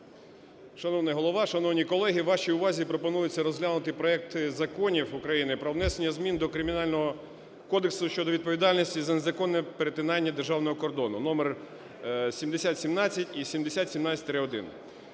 Шановний Голова, шановні колеги! Вашій увазі пропонується розглянути проекти законів України про внесення змін до Кримінального кодексу щодо відповідальності за незаконне перетинання державного кордону № 7017 і 7017-1.